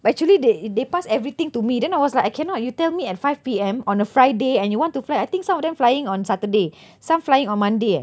but actually they they pass everything to me then I was like I cannot you tell me at five P_M on a friday and you want to fly I think some of them flying on saturday some flying on monday eh